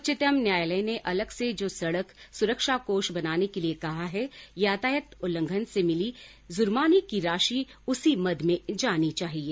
उच्चतम न्यायालय ने अलग से जो सड़क सुरक्षा कोष बनाने के लिए कहा है यातायात उल्लंघन से मिली जुर्माने की राशि उसी मद में जानी चाहिये